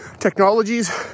technologies